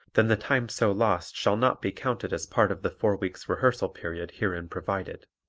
then the time so lost shall not be counted as part of the four weeks' rehearsal period herein provided.